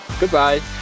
Goodbye